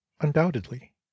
undoubtedly